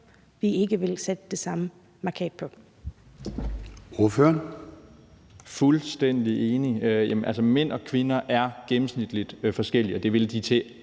ikke vil sætte det samme mærkat på